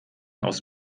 aus